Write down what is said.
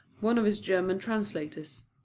one of his german translators,